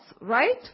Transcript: right